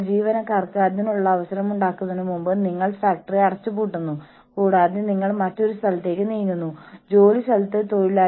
ജീവനക്കാർക്ക് അങ്ങനെ തോന്നുന്നുവെങ്കിൽ ഒരു യൂണിയനിൽ ചേരേണ്ട ആവശ്യം അവർക്ക് തോന്നുന്നില്ല